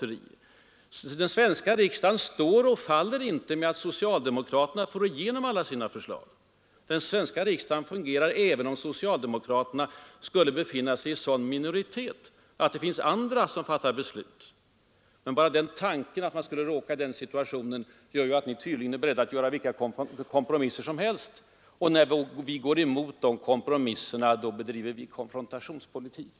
Det är inte så att den svenska riksdagen står och faller med att socialdemokraterna får igenom alla sina förslag. Den svenska riksdagen fungerar även om socialdemokraterna skulle komma i sådan minoritet att det blir andra som fattar besluten. Men bara tanken att ni skulle kunna råka i den situationen gör tydligen att ni är beredda att träffa vilka kompromisser som helst. Och när vi går emot sådana kompromisser då påstås vi bedriva konfrontationspolitik.